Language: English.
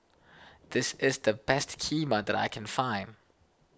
this is the best Kheema that I can find